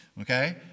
Okay